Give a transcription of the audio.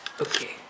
Okay